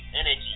energy